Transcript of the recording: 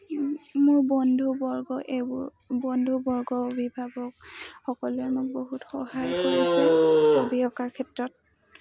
মোৰ বন্ধুবৰ্গ এইবোৰ বন্ধুবৰ্গ অভিভাৱক সকলোৱে মোক বহুত সহায় কৰিছে ছবি অকাৰ ক্ষেত্ৰত